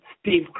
Steve